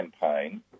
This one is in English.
campaign